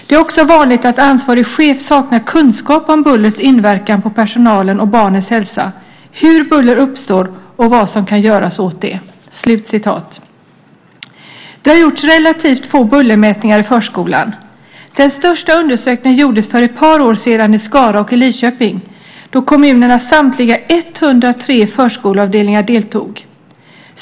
Det är också vanligt, att ansvarig chef saknar kunskap om bullrets inverkan på personalens och barnens hälsa, hur buller uppstår och vad som kan göras åt det." Det har gjorts relativt få bullermätningar i förskolan. Den största undersökningen gjordes för ett par år sedan i Skara och Lidköping, då kommunernas samtliga 103 förskoleavdelningar deltog.